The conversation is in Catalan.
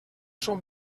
son